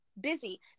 busy